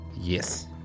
Yes